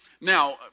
Now